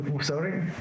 Sorry